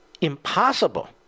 impossible